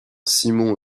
simon